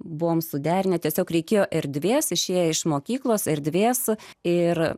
buvome suderinę tiesiog reikėjo erdvės išėję iš mokyklos erdvės ir